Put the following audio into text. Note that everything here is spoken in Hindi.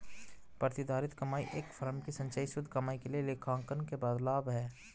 प्रतिधारित कमाई एक फर्म की संचयी शुद्ध कमाई के लिए लेखांकन के बाद लाभ है